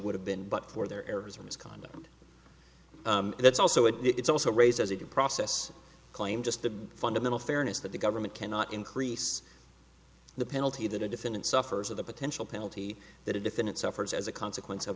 would have been but for their errors or misconduct that's also it it's also raised as if the process claim just the fundamental fairness that the government cannot increase the penalty that a defendant suffers of the potential penalty that a defendant suffers as a consequence of